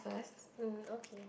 mm okay